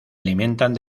alimentan